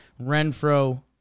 Renfro